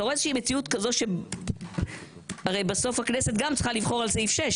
אתה רואה מציאות כזו ש הרי בסוף הכנסת גם צריכה לבחור על סעיף 6,